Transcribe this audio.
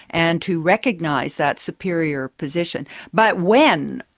and to recognise that superior position. but when,